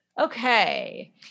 okay